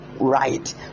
right